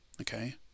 okay